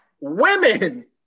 women